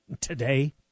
today